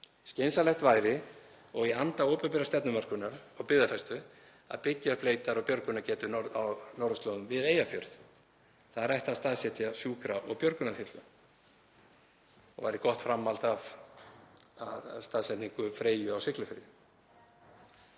Skynsamlegt væri og í anda opinberrar stefnumörkunar og byggðafestu að byggja upp leitar- og björgunargetu á norðurslóðum við Eyjafjörð. Þar er hægt að staðsetja sjúkra- og björgunarþyrlu og væri gott framhald af staðsetningu Freyju á Siglufirði.